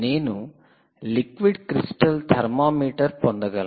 నేను liquid crystal thermometer liquid crystal thermometer పొందగలను